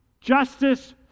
justice